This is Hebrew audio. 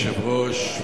היושב-ראש,